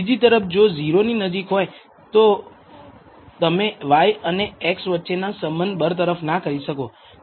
બીજી તરફ જો 0 ની નજીક હોય તો તમે y અને x વચ્ચે ના સંબંધ બરતરફ ના કરી શકો